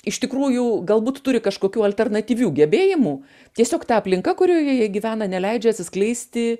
iš tikrųjų galbūt turi kažkokių alternatyvių gebėjimų tiesiog ta aplinka kurioje jie gyvena neleidžia atsiskleisti